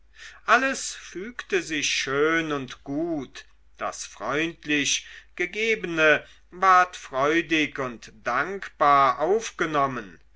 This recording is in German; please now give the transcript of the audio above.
alles fügte sich schön und gut das freundlich gegebene ward freudig und dankbar aufgenommen